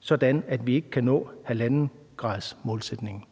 sådan at vi ikke kan nå 1,5-gradersmålsætningen.